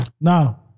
Now